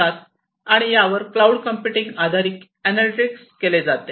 आणि यावर cloud computing आधारित एनालिटिक्स केली जातात